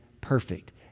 perfect